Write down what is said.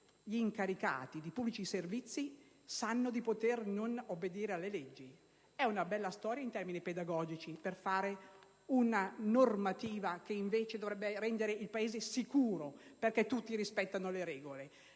gli incaricati di pubblici servizi sanno di poter non obbedire alle leggi. È una bella storia in termini pedagogici! Per fare una normativa che dovrebbe rendere il Paese sicuro, perché tutti rispettano le regole,